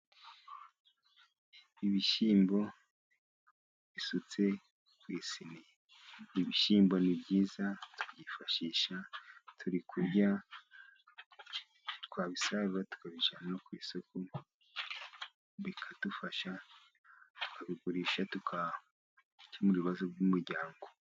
Ibishyimbo bisutse ku isiniya. Ibishyimbo ni byiza tubyifashisha turi kurya ,twabisagura, tukabijyana ku isoko ,bikadufasha kabigurisha ,tukemura ibibazo by'umuryango.